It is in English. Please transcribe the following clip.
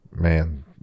man